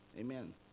Amen